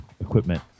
equipment